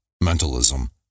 mentalism